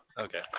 Okay